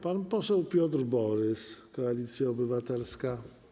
Pan poseł Piotr Borys, Koalicja Obywatelska.